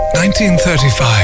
1935